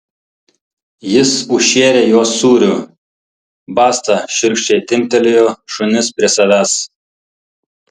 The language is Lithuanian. jis užšėrė juos sūriu basta šiurkščiai timptelėjo šunis prie savęs